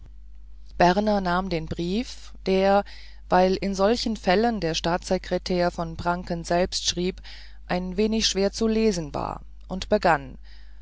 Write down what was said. berner nahm den brief der weil in solchen fällen der staatssekretär von pranken selbst schrieb ein wenig schwer zu lesen war und begann